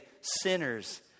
sinners